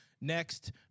next